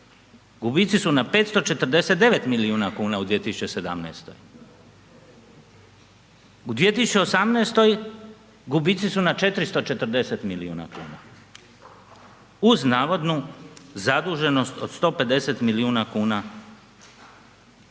gubici su na 549 milijuna kuna u 2017. U 2018. gubici su na 440 milijuna kuna uz navodnu zaduženost od 150 milijuna kuna kreditne